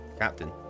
Captain